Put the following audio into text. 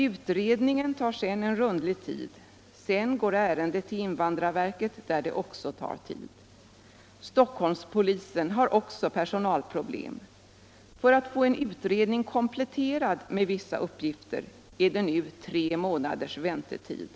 Utredningen tar sedan en rundlig tid, och därefter går ärendet till invandrarverket, där det också tar tid. Stockholmspolisen har vidare personalproblem. För att få en utredning kompletterad med vissa uppgifter är det nu tre månaders väntetid.